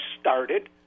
started